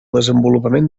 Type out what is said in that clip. desenvolupament